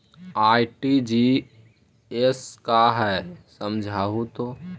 RTGS का है समझाहू तो?